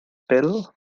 bil